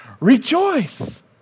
rejoice